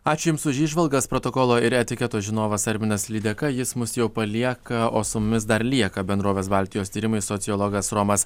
ačiū jums už įžvalgas protokolo ir etiketo žinovas arminas lydeka jis mus jau palieka o su mumis dar lieka bendrovės baltijos tyrimai sociologas romas